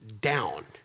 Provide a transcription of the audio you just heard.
down